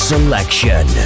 Selection